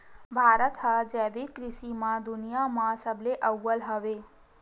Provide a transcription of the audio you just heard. भारत हा जैविक कृषि मा दुनिया मा सबले अव्वल हवे